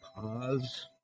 pause